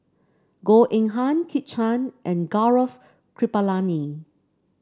Goh Eng Han Kit Chan and Gaurav Kripalani